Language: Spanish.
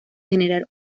generar